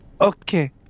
Okay